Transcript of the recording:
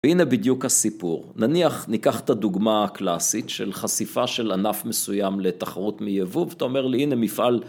והנה בדיוק הסיפור, נניח ניקח את הדוגמה הקלאסית של חשיפה של ענף מסוים לתחרות מיבוא ואתה אומר לי הנה מפעל